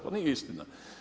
Pa nije istina.